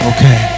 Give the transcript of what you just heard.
Okay